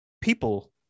people